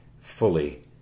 fully